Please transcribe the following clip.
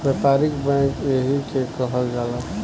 व्यापारिक बैंक एही के कहल जाला